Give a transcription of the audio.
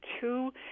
two